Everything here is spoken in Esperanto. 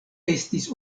estis